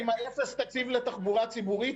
עם אפס תקציב לתחבורה ציבורית,